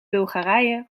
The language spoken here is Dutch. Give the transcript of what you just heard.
bulgarije